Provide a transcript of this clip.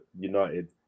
United